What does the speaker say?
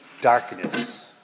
darkness